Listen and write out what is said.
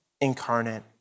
incarnate